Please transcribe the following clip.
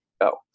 go